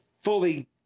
fully